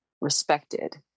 respected